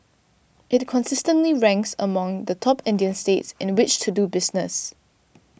it consistently ranks among the top Indian states in which to do business